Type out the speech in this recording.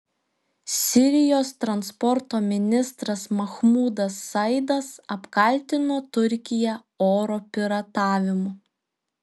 sirijos transporto ministras mahmudas saidas apkaltino turkiją oro piratavimu